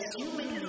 human